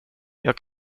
jag